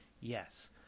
Yes